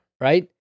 right